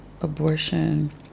Abortion